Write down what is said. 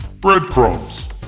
breadcrumbs